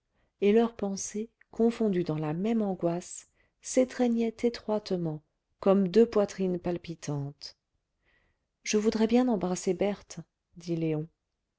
et leurs pensées confondues dans la même angoisse s'étreignaient étroitement comme deux poitrines palpitantes je voudrais bien embrasser berthe dit léon